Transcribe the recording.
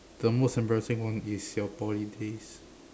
the most embarrassing one is your poly days